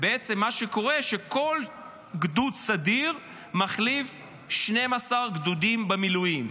בעצם מה שקורה זה שכל גדוד סדיר מחליף 12 גדודים במילואים.